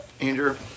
Andrew